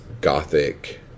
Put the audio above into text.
gothic